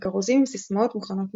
וכרוזים עם סיסמאות מוכנות מראש.